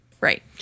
Right